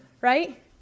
right